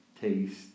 taste